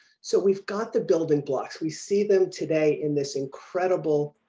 so we've got the building blocks we see them today in this incredible